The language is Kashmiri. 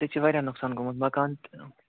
ییٚتہِ چھُ واریاہ نۄقصان گوٚمُت مَکان